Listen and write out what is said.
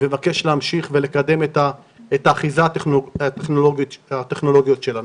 ומבקש להמשיך ולקדם את האחיזה הטכנולוגית שלנו.